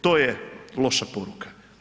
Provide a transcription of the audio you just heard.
To je loša poruka.